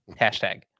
Hashtag